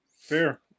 Fair